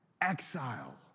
exile